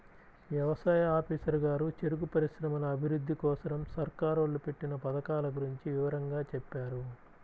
యవసాయ ఆఫీసరు గారు చెరుకు పరిశ్రమల అభిరుద్ధి కోసరం సర్కారోళ్ళు పెట్టిన పథకాల గురించి వివరంగా చెప్పారు